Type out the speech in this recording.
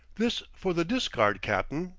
this for the discard, cap'n,